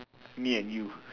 me and you